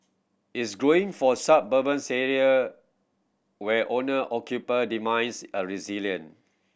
is growing for suburbans area where owner occupier demands a resilient